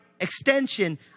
extension